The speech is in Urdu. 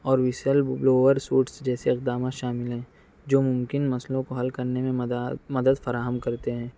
اور جیسے اقدامات شامل ہیں جو ممکن مسئلوں کو حل کر نے میں مدد فراہم کرتے ہیں